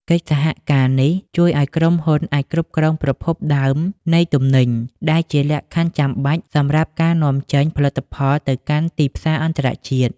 កិច្ចសហការនេះជួយឱ្យក្រុមហ៊ុនអាចគ្រប់គ្រងប្រភពដើមនៃទំនិញ ដែលជាលក្ខខណ្ឌចាំបាច់សម្រាប់ការនាំចេញផលិតផលទៅកាន់ទីផ្សារអន្តរជាតិ។